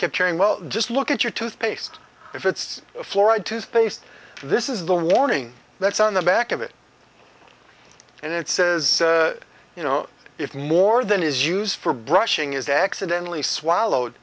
kept hearing well just look at your toothpaste if it's fluoride toothpaste this is the warning that's on the back of it and it says you know if more than is used for brushing is accidentally swallowed